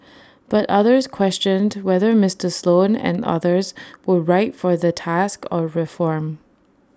but others questioned whether Mister Sloan and others were right for the task of reform